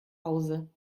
hause